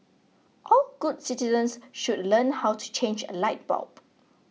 all good citizens should learn how to change a light bulb